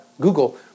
Google